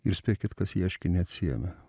ir spėkit kas ieškinį atsiėmė